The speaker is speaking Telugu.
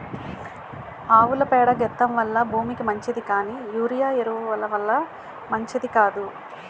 ఆవుల పేడ గెత్తెం వల్ల భూమికి మంచిది కానీ యూరియా ఎరువు ల వల్ల మంచిది కాదు